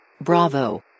Bravo